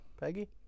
Peggy